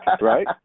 right